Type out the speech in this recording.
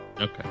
Okay